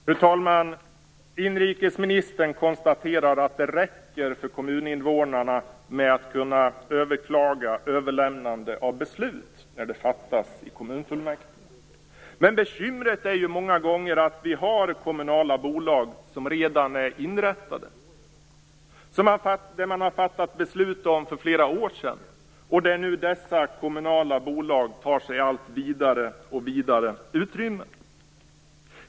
Fru talman! Inrikesministern konstaterar att det räcker för kommuninvånarna med att kunna överklaga överlämnande av beslut när det fattas i kommunfullmäktige. Men bekymret är ju många gånger att vi har kommunala bolag som redan är inrättade. Man fattade beslut om dessa för flera år sedan. Dessa kommunala bolag tar sig nu allt vidare och vidare utrymme.